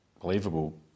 believable